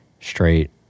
straight